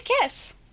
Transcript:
Kiss